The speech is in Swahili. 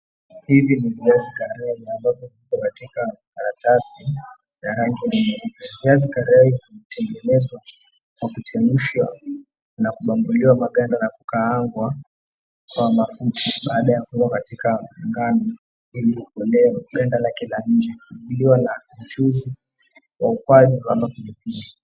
Hivi ni viazi karai ambazo ziko katika karatasi ya rangi ya nyeupe. Viazi karai hutengenezwa kwa kuchemshwa na kubambuliwa maganda na kukaangwa kwa mafuta baada ya kuwa katika mganda ili kuondolewa ganda lake la nje iliyo na uchuzi wa ukwaju ama pilipili.